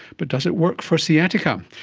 but does it work for sciatica?